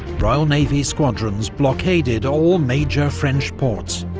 royal navy squadrons blockaded all major french ports,